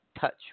touch